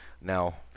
Now